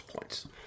points